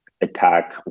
attack